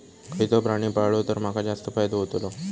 खयचो प्राणी पाळलो तर माका जास्त फायदो होतोलो?